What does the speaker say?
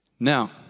Now